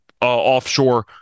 offshore